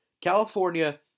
California